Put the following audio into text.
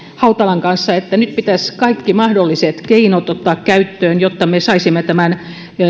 hautalan kanssa siitä että nyt pitäisi kaikki mahdolliset keinot ottaa käyttöön jotta me saisimme tämän